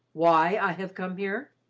why i have come here?